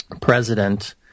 president